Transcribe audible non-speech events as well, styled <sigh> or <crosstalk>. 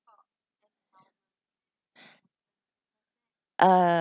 <breath> uh